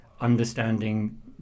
understanding